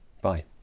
Bye